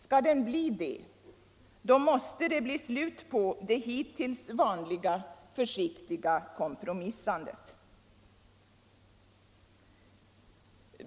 Skall den bli det måste det bli slut på det hittills vanliga försiktiga kompromissandet.